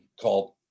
Called